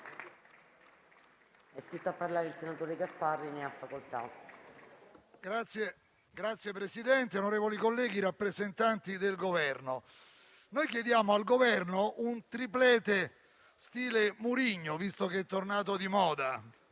Signor Presidente, onorevoli colleghi, rappresentanti del Governo, chiediamo al Governo un *triplete* stile Mourinho, visto che è tornato di moda.